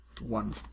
One